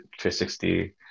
360